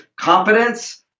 competence